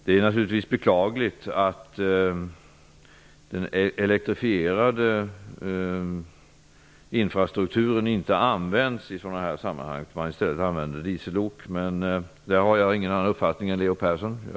Det är naturligtvis beklagligt att den elektrifierade infrastrukturen inte används i sådana här sammanhang utan att man i stället använder diesellok. I det fallet har jag samma uppfattning som Leo Persson.